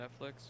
Netflix